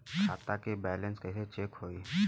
खता के बैलेंस कइसे चेक होई?